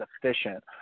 efficient